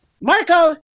marco